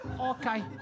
Okay